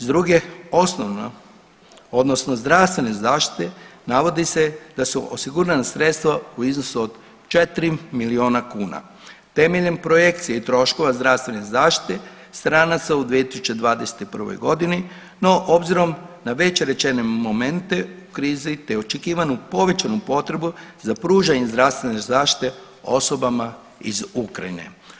S druge osnovno odnosno zdravstvene zaštite navodi se da su osigurana sredstva u iznosu od 4 miliona kuna temeljem projekcije troškova zdravstvene zaštite stranaca u 2021. godini, no obzirom na već rečene momente u krizi te očekivanu povećanu potrebu za pružanjem zdravstvene zaštite osobama iz Ukrajine.